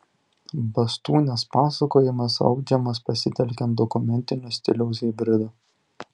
bastūnės pasakojimas audžiamas pasitelkiant dokumentinio stiliaus hibridą